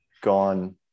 gone